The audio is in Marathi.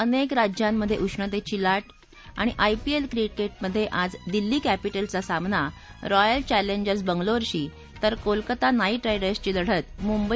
अनेक राज्यांमधे उष्णतेची लाट आयपीएल क्रिकेटमधे आज दिल्ली कॅपिटल्सचा सामना रॉयल चॅलेंजर्स बंगलोरशी तर कोलकाता नाईट रायडर्सची लढत मुंबई